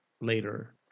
later